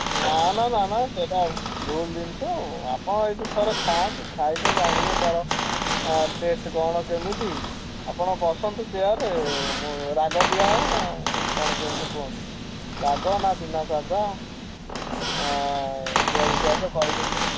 ନାଁ ନାଁ ନାଁ ନାଁ ସେଟା ଭୁଲ୍ ଜିନିଷ ଆପଣ ଏଇଠି ଥରେ ଖାଆନ୍ତୁ ଖାଇଲେ ଜାଣିବେ ତା'ର ଟେଷ୍ଟ୍ କ'ଣ କେମିତି ଆପଣ ବସନ୍ତୁ ଚେୟାରରେ ମୋ ରାଗ ଦିଆହେବ ନାଁ କ'ଣ କେମିତି କୁହଁନ୍ତୁ ରାଗ ନାଁ ବିନା ସାଧା ପିଆଜ ଫିଆଜ କ'ଣ କେମିତି